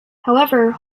however